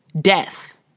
death